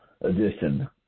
edition